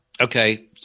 okay